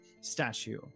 statue